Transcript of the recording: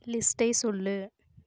லிஸ்ட்டை சொல்